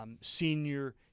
senior